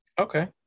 Okay